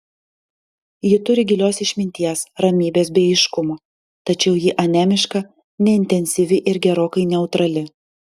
ji turi gilios išminties ramybės bei aiškumo tačiau ji anemiška neintensyvi ir gerokai neutrali